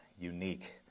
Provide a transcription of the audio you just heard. unique